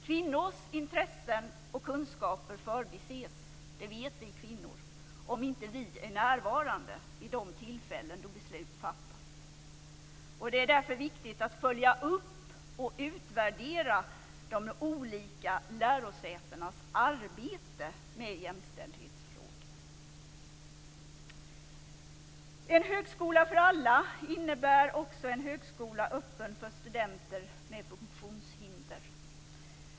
Kvinnors intresse och kunskaper förbises - det vet vi kvinnor - om vi inte är närvarande vid de tillfällen då beslut fattas. Det är därför viktigt att följa upp och utvärdera de olika lärosätenas arbete med jämställdhetsfrågorna. En högskola för alla innebär också en högskola öppen för studenter med funktionshinder.